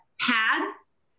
pads